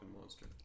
monster